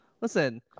Listen